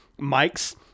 mics